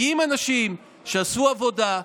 מגיעים אנשים שעשו עבודה,